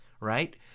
right